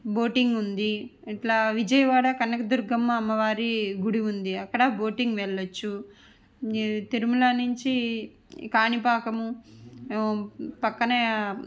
boating ఉంది ఇట్లా విజయవాడ కనకదుర్గమ్మ అమ్మవారి గుడి ఉంది అక్కడ బోటింగ్ వెళ్ళవచ్చు ఈ తిరుమల నుంచి కాణిపాకము పక్కన